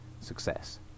success